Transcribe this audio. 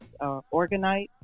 organite